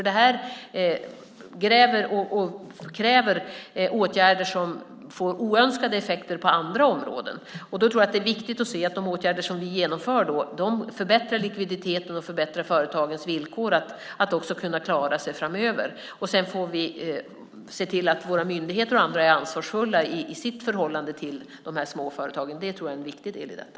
Detta kräver nämligen åtgärder som får oönskade effekter på andra områden. Då tror jag att det är viktigt att se att de åtgärder som vi vidtar förbättrar företagens likviditet och villkor så att de kan klara sig framöver. Sedan får vi se till att våra myndigheter och andra är ansvarsfulla i sitt förhållande till dessa små företag. Det tror jag är en viktig del i detta.